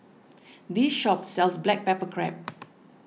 this shop sells Black Pepper Crab